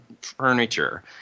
furniture